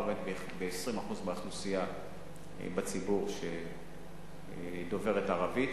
ב-20% מהאוכלוסייה שדוברים ערבית